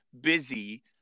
busy